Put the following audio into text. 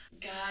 God